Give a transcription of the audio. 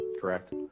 correct